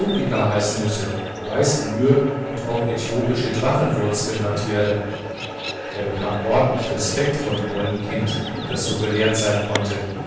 heißen müsse weiß blühe und auch äthiopische drachenwurz genannt werde er bekam ordentlich respekt vor dem holden kind das so gelehrt sein konnte